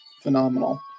phenomenal